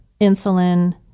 insulin